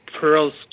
Pearls